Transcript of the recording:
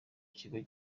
kigo